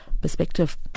perspective